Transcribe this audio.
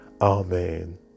Amen